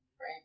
Right